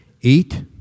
Eat